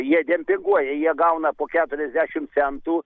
jie dempinguoja jie gauna po keturiasdešimts centų